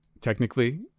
technically